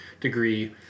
degree